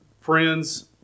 friends